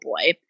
boy